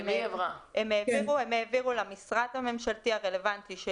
הם העבירו למשרד הממשלתי הרלוונטי,